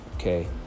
okay